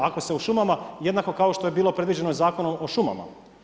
Ako se u šumama, jednako kao što je bilo predviđeno Zakonom o šumama.